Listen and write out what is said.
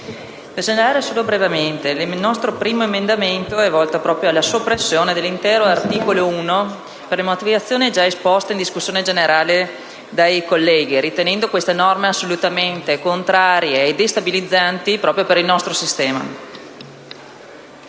intervengo brevemente. Il nostro primo emendamento, l'1.1, è volto alla soppressione dell'intero articolo 1, per le motivazioni già esposte in discussione generale dai colleghi, visto che riteniamo queste norme assolutamente contrarie e destabilizzanti per il nostro sistema.